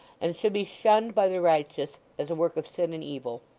and should be shunned by the righteous as a work of sin and evil.